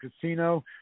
Casino